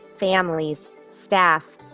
families, staff,